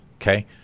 Okay